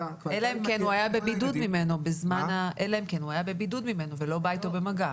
אלא אם כן הוא היה בבידוד ממנו ולא בא אתו במגע.